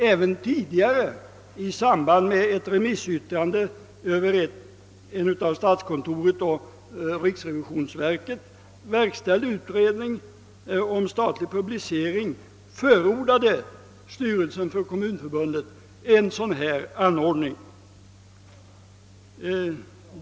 Även tidigare, i samband med ett remissyttrande över en av statskontoret och riksrevisionsverket verkställd utredning om statlig publicering, förordade styrelsen för Kommunförbundet en sådan anordning.